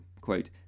quote